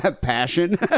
passion